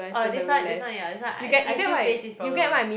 orh this one this one yah this one I I still face this problem